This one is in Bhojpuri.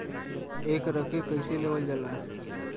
एकरके कईसे लेवल जाला?